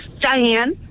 Diane